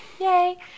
Yay